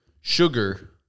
Sugar